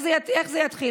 איך זה יתחיל,